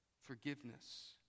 forgiveness